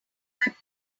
pride